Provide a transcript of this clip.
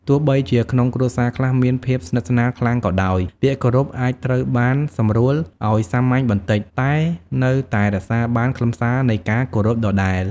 ទោះបីជាក្នុងគ្រួសារខ្លះមានភាពស្និទ្ធស្នាលខ្លាំងក៏ដោយ ពាក្យគោរពអាចត្រូវបានសម្រួលឱ្យសាមញ្ញបន្តិច តែនៅតែរក្សាបានខ្លឹមសារនៃការគោរពដដែល។